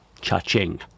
cha-ching